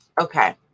Okay